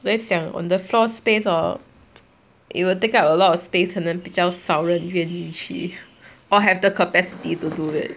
我在想 on the floor space hor it will take up a lot of space 可能比较少人愿意去 or have the capacity to do it